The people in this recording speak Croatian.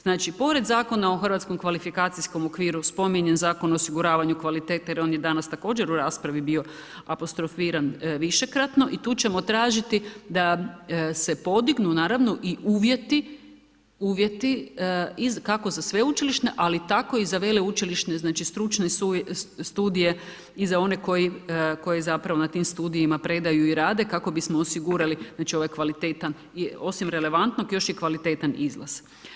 Znači pred Zakona o Hrvatskom kvalifikacijskom okviru, spominjem i Zakon o osiguravanju kvalitete, jer on je danas također u raspravi bio apostrofiran višekratno i tu ćemo tražiti da se podignu naravno i uvjeti kako za sveučilišne, ali tako i za veleučilišne, znači stručne studije i za one koji zapravo na tim studijima predaju i rade, kako bismo osigurali ovaj kvalitetan osim relevantnog još i kvalitetan izlaz.